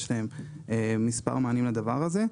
יש להם מספר מענים לדבר הזה.